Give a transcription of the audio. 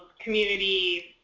community